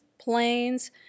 planes